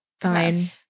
Fine